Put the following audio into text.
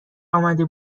امده